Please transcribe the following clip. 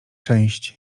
część